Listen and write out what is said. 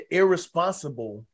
irresponsible